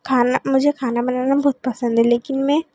खाना मुझे खाना बनाना बहुत पसंद है लेकिन मैं